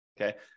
Okay